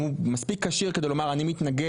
אם הוא מספיק כשיר כדי לומר אני מתנגד,